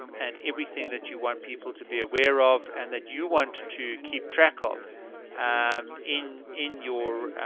and everything that you want people to be aware of and that you want to keep track of um in in your